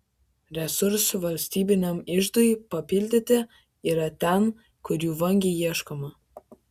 resursų valstybiniam iždui papildyti yra ten kur jų vangiai ieškoma